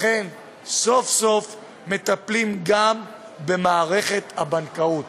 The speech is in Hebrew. לכן סוף-סוף מטפלים גם במערכת הבנקאות.